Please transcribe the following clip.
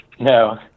No